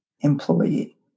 employee